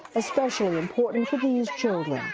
especially important to these children, yeah